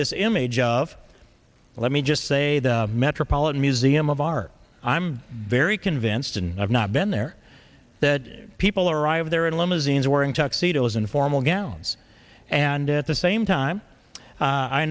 this image of let me just say the metropolitan museum of art i'm very convinced and i've not been there that people arrive there in limousines wearing tuxedoes informal gallons and at the same time